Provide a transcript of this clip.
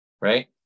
right